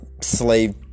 slave